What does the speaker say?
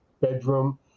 bedroom